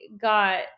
got